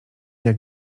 jak